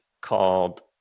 called